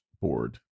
board